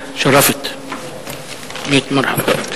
צרצור, בבקשה.